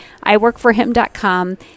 iworkforhim.com